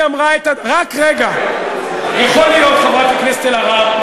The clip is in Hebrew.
היא אמרה, רק רגע, יכול להיות, חברת הכנסת אלהרר,